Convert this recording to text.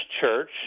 Church